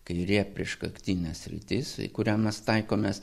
kairė prieškaktinė sritis į kurią mes taikomės